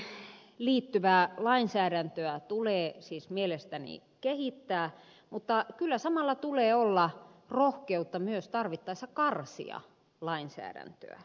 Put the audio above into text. kuntapalveluihin liittyvää lainsäädäntöä tulee siis mielestäni kehittää mutta kyllä samalla tulee olla rohkeutta myös tarvittaessa karsia lainsäädäntöä